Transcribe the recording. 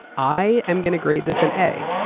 i am going to grade this an a.